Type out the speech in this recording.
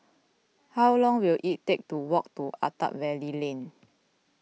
how long will it take to walk to Attap Valley Lane